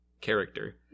character